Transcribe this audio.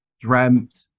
dreamt